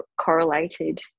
correlated